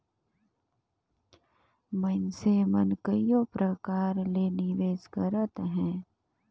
मइनसे मन कइयो परकार ले निवेस करत अहें